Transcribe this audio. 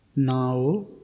Now